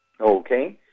Okay